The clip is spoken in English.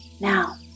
Now